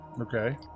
Okay